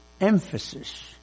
emphasis